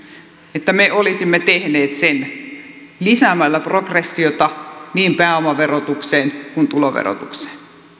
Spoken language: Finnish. että me olisimme tehneet sen lisäämällä progressiota niin pääomaverotukseen kuin tuloverotukseen